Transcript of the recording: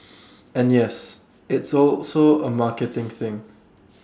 and yes it's also A marketing thing